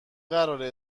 قراره